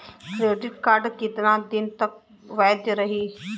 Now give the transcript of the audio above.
Credit card कितना दिन तक वैध रही?